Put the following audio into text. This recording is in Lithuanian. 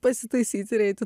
pasitaisyt ir eiti